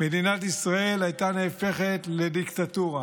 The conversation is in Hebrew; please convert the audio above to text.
מדינת ישראל הייתה נהפכת לדיקטטורה,